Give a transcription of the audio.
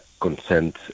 consent